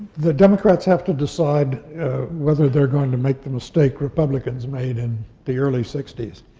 the democrats have to decide whether they're going to make the mistake republicans made in the early sixty s.